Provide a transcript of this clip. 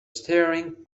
staring